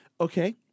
okay